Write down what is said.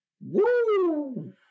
woo